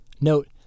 Note